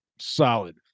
solid